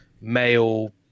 male